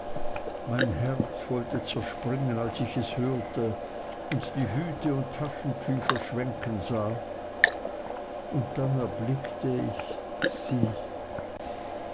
mein herz wollte zerspringen als ich es hörte und die hüte und taschentücher schwenken sah und dann erblickte ich sie